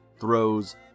throws